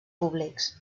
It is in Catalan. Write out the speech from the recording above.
públics